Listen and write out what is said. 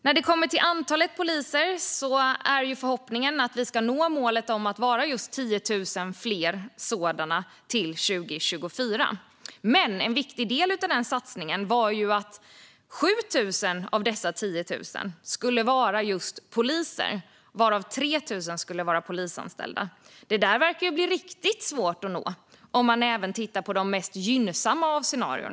När det kommer till antalet poliser är förhoppningen att vi ska nå målet att det ska vara 10 000 fler polisanställda till 2024. Men en viktig del av denna satsning var att 7 000 av dessa 10 000 skulle vara just poliser och 3 000 skulle vara andra polisanställda. Detta verkar bli riktigt svårt att nå även om man tittar på de mest gynnsamma scenarier.